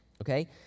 Okay